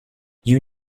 you